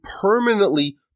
permanently